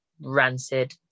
rancid